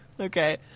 Okay